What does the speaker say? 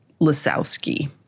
Lasowski